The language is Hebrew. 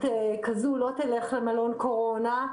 כזו לא תלך למלון קורונה.